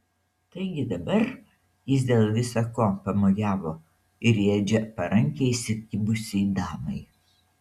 taigi dabar jis dėl visa ko pamojavo ir į edžio parankę įsikibusiai damai